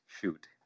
shoot